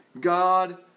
god